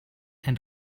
and